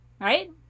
right